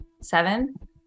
seven